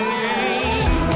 name